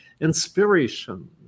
inspiration